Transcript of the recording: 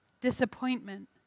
Disappointment